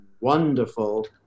wonderful